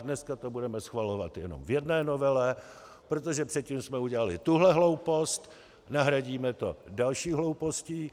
Dnes to budeme schvalovat v jedné novele, protože předtím jsme udělali tuto hloupost, nahradíme to další hloupostí.